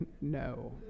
no